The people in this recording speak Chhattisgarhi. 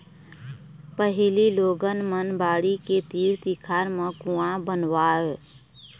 पहिली लोगन मन बाड़ी के तीर तिखार म कुँआ बनवावय